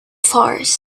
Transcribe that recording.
farce